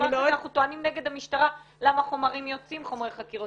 אנחנו טוענים נגד המשטרה למה חומרי חקירות יוצאים.